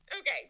Okay